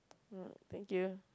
mm thank you